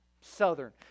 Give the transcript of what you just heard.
Southern